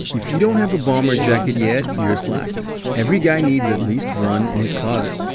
if you don't have a bomber jacket yet, you're slacking. every guy needs at least one in his closet.